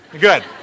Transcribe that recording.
Good